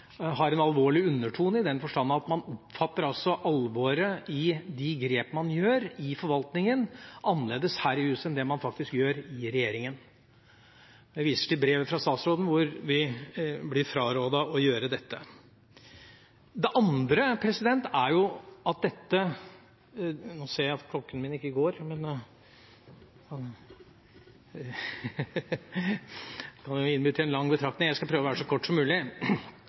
har en alvorlig undertone, i den forstand at man oppfatter alvoret i de grep man gjør i forvaltningen, annerledes her i huset enn det man faktisk gjør i regjeringen. Jeg viser til brevet fra statsråden hvor vi blir frarådet å gjøre dette. – Nå ser jeg at klokka ikke går, og det kan jo innby til en lang betraktning, men jeg skal prøve å være så kort som mulig.